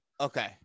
Okay